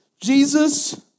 Jesus